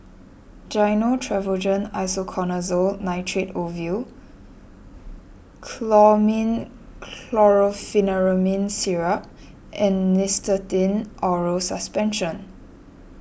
Gyno Travogen Isoconazole Nitrate Ovule Chlormine Chlorpheniramine Syrup and Nystatin Oral Suspension